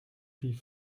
die